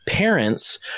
Parents